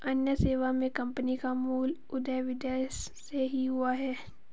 अन्य सेवा मे कम्पनी का मूल उदय विदेश से ही हुआ है